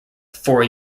four